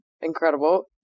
Incredible